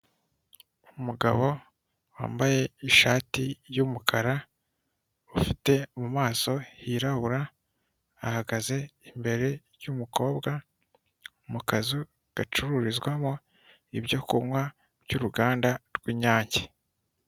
Umugabo wambaye ishati y'umukara ufite mumaso hirabura ahagaze imbere y'umukobwa mukazu gacururizwamo ibyokunkwa byuruganda rw'inyange.